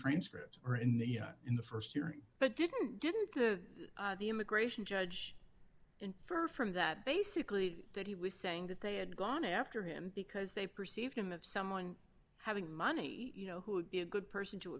transcript or in the in the st hearing but didn't didn't the the immigration judge infer from that basically that he was saying that they had gone after him because they perceived him of someone having money you know who would be a good person to